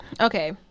Okay